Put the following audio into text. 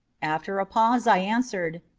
after a pause i answered,